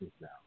now